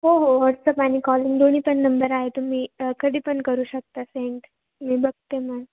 हो हो वॉट्सअप आणि कॉलिंग दोन्ही पण नंबर आहे तुम्ही कधी पण करू शकता सेंड मी बघते मग